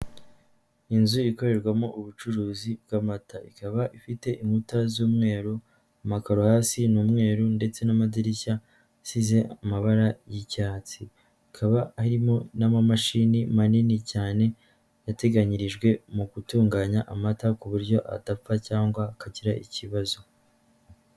Inzu ikorerwamo ubucuruzi bw'amata ikaba ifite inkuta z'umweru, amakaro hasi ni umweru ndetse n'amadirishya asize amabara y'icyatsi, hakaba harimo n'amamashini manini cyane yateganyirijwe mu gutunganya amata ku buryo adapfa cyangwa akagira ikibazo.